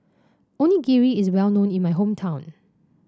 Onigiri is well known in my hometown